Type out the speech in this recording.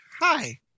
hi